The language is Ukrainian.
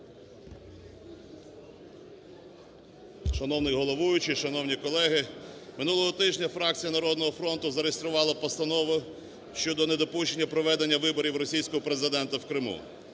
Шановний головуючий! Шановні колеги! Минулого тижня фракція "Народного фронту" зареєструвала постанову щодо недопущення проведення виборів російського Президента в Криму.